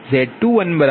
0